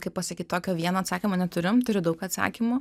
kaip pasakyt tokio vieno atsakymo neturim turiu daug atsakymų